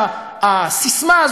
שהססמה,